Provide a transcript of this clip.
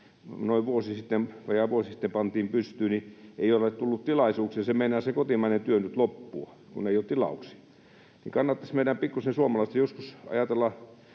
vajaa vuosi sitten pantiin pystyyn, ei ole tullut tilauksia. Se meinaa se kotimainen työ nyt loppua, kun ei ole tilauksia. Kannattaisi meidän suomalaisten pikkuisen joskus ajatella